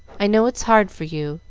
i know it's hard for you.